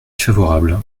favorable